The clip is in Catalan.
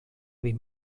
vint